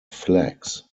flags